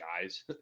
guys